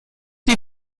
die